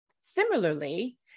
Similarly